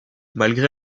malgré